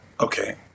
Okay